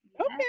Okay